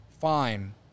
fine